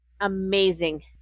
amazing